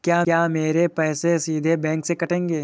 क्या मेरे पैसे सीधे बैंक से कटेंगे?